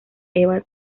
eva